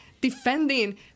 defending